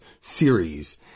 series